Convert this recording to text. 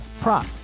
prop